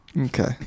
Okay